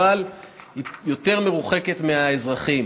אבל היא יותר מרוחקת מהאזרחים